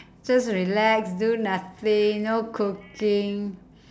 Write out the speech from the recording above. just relax do nothing no cooking